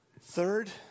Third